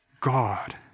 God